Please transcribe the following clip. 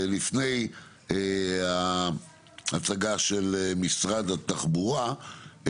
לפני ההצעה של משרד התחבורה,